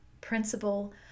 principle